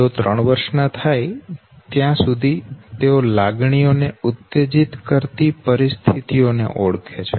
તેઓ ત્રણ વર્ષના થાય ત્યાં સુધી તેઓ લાગણીઓ ને ઉત્તેજિત કરતી પરિસ્થિતિઓ ને ઓળખે છે